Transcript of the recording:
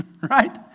right